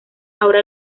ahora